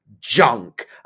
junk